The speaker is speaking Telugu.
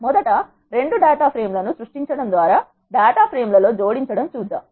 మొదట రెండు డేటా ఫ్రేమ్ లను సృష్టించడం ద్వారా డేటా ఫ్రేమ్ లలో జోడించడం చూద్దాం